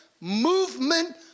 movement